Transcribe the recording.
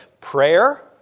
Prayer